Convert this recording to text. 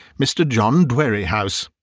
mr. john dwerrihouse.